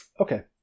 Okay